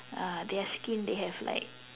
uh their skin they have like